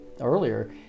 earlier